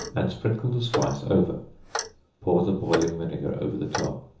and sprinkle the spice over pour the boiling vinegar over the top.